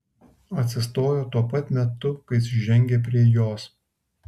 atsistojo tuo pat metu kai jis žengė prie jos